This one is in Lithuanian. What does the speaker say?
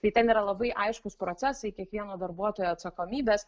tai ten yra labai aiškūs procesai kiekvieno darbuotojo atsakomybės